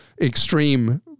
extreme